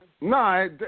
No